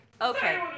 Okay